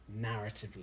narratively